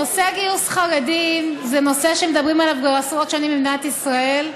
נושא גיוס חרדים זה נושא שמדברים עליו כבר עשרות שנים במדינת ישראל.